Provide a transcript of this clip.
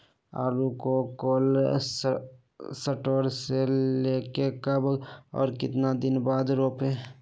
आलु को cold store से ले के कब और कितना दिन बाद रोपे?